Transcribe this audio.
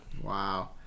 Wow